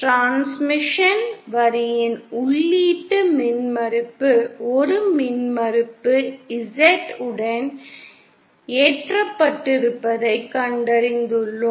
transmission வரியின் உள்ளீட்டு மின்மறுப்பு ஒரு மின்மறுப்பு Z உடன் ஏற்றப்பட்டிருப்பதைக் கண்டறிந்துள்ளோம்